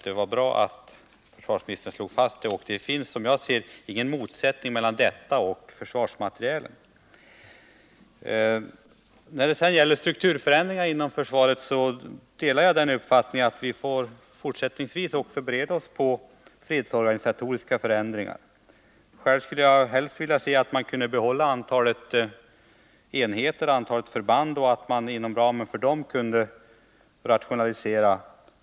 Det finns som jag ser ingen motsättning mellan detta och frågan om försvarsmateriel. När det gäller strukturförändringar inom försvaret delar jag uppfattningen att vi också fortsättningsvis får bereda oss på fredsorganisatoriska förändringar. Själv skulle jag helst vilja se att man kunde behålla det nuvarande antalet förband och enheter och att man inom ramen för dem skulle rationalisera.